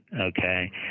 Okay